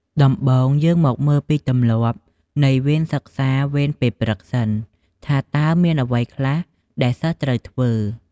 ដំបូង យើងមកមើលពីទម្លាប់នៃវេនសិក្សាវេនពេលព្រឹកសិន ថាតើមានអ្វីខ្លះដែលសិស្សត្រូវធ្វើ។